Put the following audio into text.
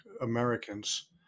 Americans